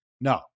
no